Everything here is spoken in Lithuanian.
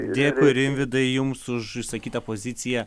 dėkui rimvydai jums už išsakytą poziciją